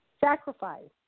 Sacrifice